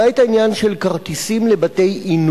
למעט העניין של כרטיסים לבתי-עינוגים,